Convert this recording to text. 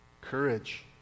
Courage